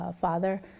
father